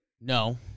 No